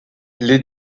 les